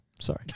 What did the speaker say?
sorry